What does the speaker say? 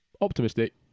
optimistic